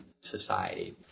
society